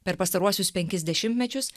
per pastaruosius penkis dešimtmečius